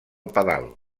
pedal